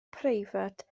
preifat